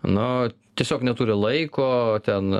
nu tiesiog neturi laiko ten